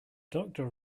doctor